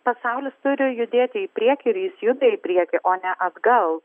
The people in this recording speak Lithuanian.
pasaulis turi judėti į priekį ir jis juda į priekį o ne atgal